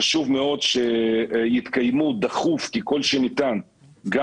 חשוב מאוד שיתקיימו דחוף ככל שניתן גם